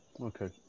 Okay